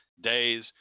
days